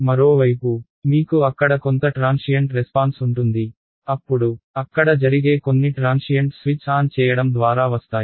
మరోవైపు మీకు అక్కడ కొంత ట్రాన్షియంట్ రెస్పాన్స్ ఉంటుంది అప్పుడు అక్కడ జరిగే కొన్ని ట్రాన్షియంట్ స్విచ్ ఆన్ చేయడం ద్వారా వస్తాయి